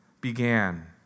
began